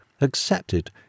accepted